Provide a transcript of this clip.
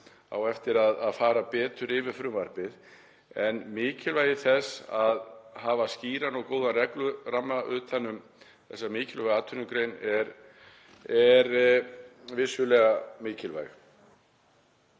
á eftir að fara betur yfir frumvarpið. En mikilvægi þess að hafa skýran og góðan regluramma utan um þessa mikilvægu atvinnugrein er vissulega mikið.